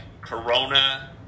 Corona